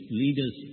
leaders